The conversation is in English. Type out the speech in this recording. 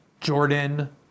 Jordan